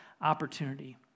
opportunity